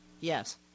Yes